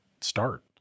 start